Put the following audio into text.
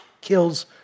kills